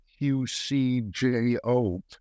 QCJO